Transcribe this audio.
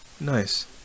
Nice